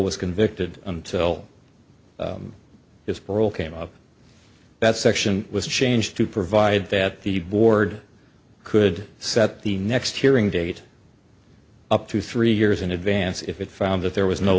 was convicted until his parole came up that section was changed to provide that the board could set the next hearing date up to three years in advance if it found that there was no